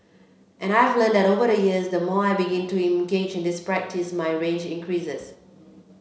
and I've learnt that over the years the more I begin to engage in this practice my range increases